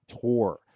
tour